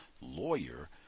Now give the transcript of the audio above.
lawyer